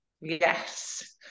yes